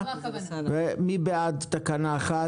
מי בעד תקנה 1?